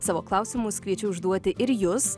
savo klausimus kviečiu užduoti ir jus